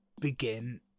begin